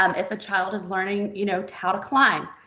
um if a child is learning, you know, how to climb,